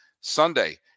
Sunday